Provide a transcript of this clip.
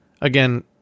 again